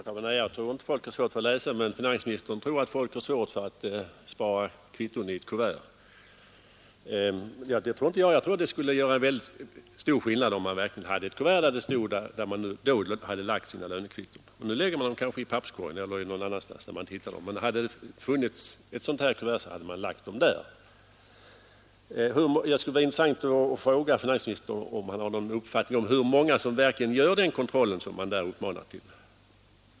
Herr talman! Jag tror inte att människorna har svårt för att läsa, men finansministern tror att de har svårt för att spara kvitton i ett kuvert. Jag anser för min del att det skulle göra stor skillnad, om var och en hade ett kuvert att lägga sina kvitton i. Nu hamnar de kanske i papperskorgen eller någon annanstans där det inte går att hitta dem. Det skulle vara intressant att fråga finansministern om han har någon uppfattning om hur många som verkligen gör den kontroll broschyren manar till.